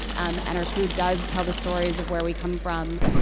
um and our food does tell the stories of where we come from.